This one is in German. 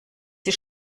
sie